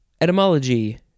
Etymology